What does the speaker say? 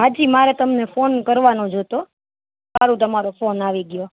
હા જી મારે તમને ફોન કરવાનો જ હતો સારું તમારો ફોન આવી ગયો